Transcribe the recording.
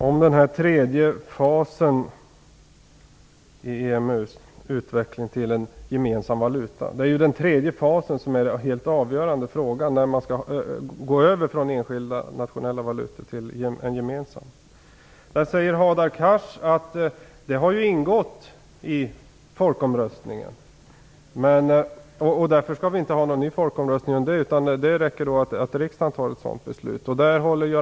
Fru talman! Den tredje fasen gäller utvecklingen inom EMU till en gemensam valuta. Den helt avgörande frågan i den tredje fasen gäller när övergången skall ske från enskilda nationella valutor till en gemensam. Hadar Cars säger att den frågan har ingått i folkomröstningen. Därför skall det inte vara en ny folkomröstning i den frågan. Det räcker att riksdagen fattar ett sådant beslut. Göran Persson håller med.